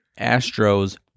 Astros